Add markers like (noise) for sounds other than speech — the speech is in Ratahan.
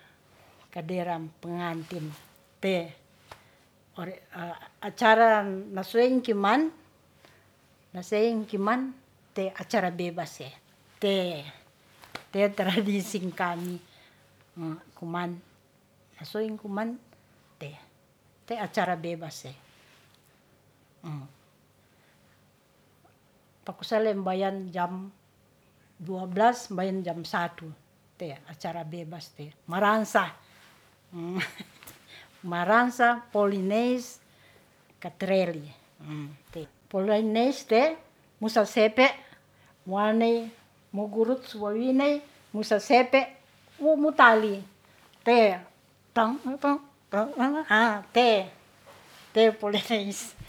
Kaderam pengantin te ore acara nasuengki man naseingki man te acara bebase. Te tradising kami kuman nasoi kuman te, te` acara bebase, pakusale mbayan jam duablas mbyan jam satu te acara bebas te marangsa (laughs) marangsa polineis katreli, polineis te musasepe waney mo gurut su wawiney musasepe wu mu tali, te (unintelligible) te, tr polineis